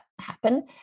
happen